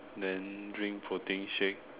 then drink protein shake